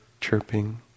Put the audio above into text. chirping